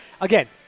again